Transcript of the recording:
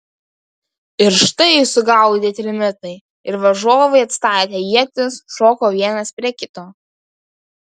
ir štai sugaudė trimitai ir varžovai atstatę ietis šoko vienas prie kito